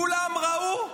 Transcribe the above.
כולם ראו,